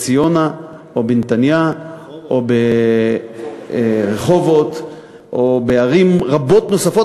או בנס-ציונה או בנתניה או ברחובות או בערים רבות נוספות.